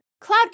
Cloud